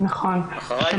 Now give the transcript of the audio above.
שפונים